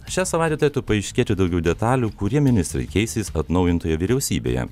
šią savaitę turėtų paaiškėti daugiau detalių kurie ministrai keisis atnaujintoje vyriausybėje